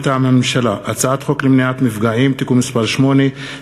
מטעם הממשלה: הצעת חוק למניעת מפגעים (תיקון מס' 8)